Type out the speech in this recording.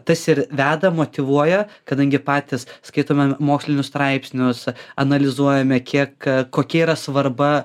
tas ir veda motyvuoja kadangi patys skaitome mokslinius straipsnius analizuojame kiek kokia yra svarba